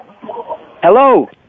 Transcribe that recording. Hello